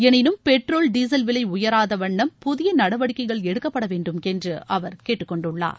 எளினும் petrol diesel விவையராதவண்ணம் புதியநடவடிக்கைகள் எடுக்கப்படவேண்டும் என்றுஅவர் கேட்டுக்கொண்டுள்ளார்